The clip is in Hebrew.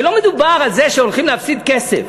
ולא מדובר על זה שהולכים להפסיד כסף.